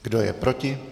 Kdo je proti?